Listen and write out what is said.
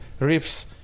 riffs